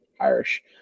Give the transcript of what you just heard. Irish